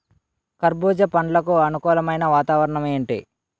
కర్బుజ పండ్లకు అనుకూలమైన వాతావరణం ఏంటి?